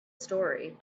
story